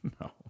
No